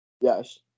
Yes